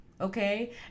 Okay